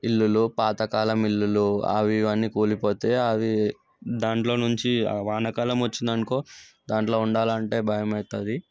ఇళ్ళు పాత కాలం ఇళ్ళు అవి ఇవన్నీ కూలిపోతే అవి దాంట్లో నుంచి వానాకాలం వచ్చిందనుకో దాంట్లో ఉండాలంటే భయం అవుతుంది